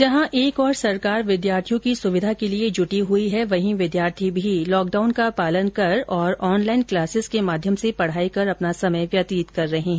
जहां एक ओर सरकार विद्यार्थियों की सुविधा के लिए जुटी हुई है वहीं विद्यार्थी भी लॉकडाउन का पालन कर और ऑनलाइन क्लासेज के माध्यम से पढाई कर अपना समय व्यतीत कर रहे हैं